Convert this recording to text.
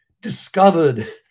discovered